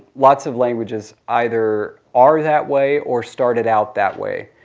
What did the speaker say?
lots of languages either are that way, or started out that way.